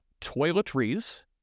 toiletries